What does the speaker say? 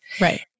Right